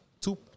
Two